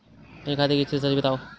मेरे खाते की शेष राशि बताओ?